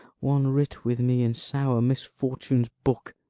one writ with me in sour misfortune's book!